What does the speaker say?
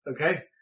Okay